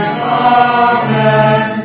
amen